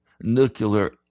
nuclear